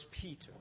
Peter